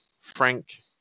Frank